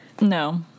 no